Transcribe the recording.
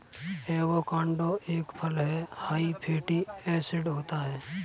avocado एक फल हैं हाई फैटी एसिड होता है